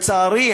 לצערי,